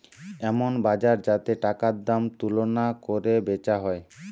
এমন বাজার যাতে টাকার দাম তুলনা কোরে বেচা হয়